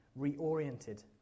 reoriented